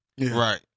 Right